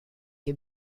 che